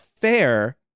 fair